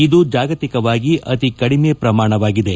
ಇದು ಜಾಗತಿಕವಾಗಿ ಅತಿ ಕಡಿಮೆ ಪ್ರಮಾಣವಾಗಿದೆ